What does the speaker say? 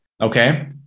okay